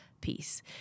peace